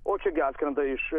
o čia gi atskrenda iš